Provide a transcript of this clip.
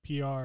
PR